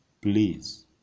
please